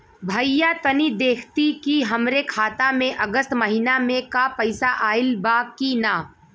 भईया तनि देखती की हमरे खाता मे अगस्त महीना में क पैसा आईल बा की ना?